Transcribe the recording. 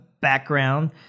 background